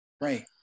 Right